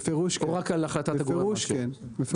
בפירוש כן.